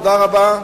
תודה רבה.